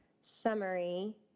summary